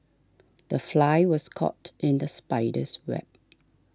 the fly was caught in the spider's web